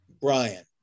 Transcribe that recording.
Brian